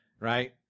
right